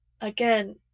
Again